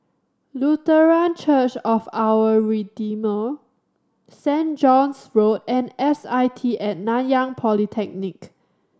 Lutheran Church of Our Redeemer Saint John's Road and S I T At Nanyang Polytechnic